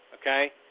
okay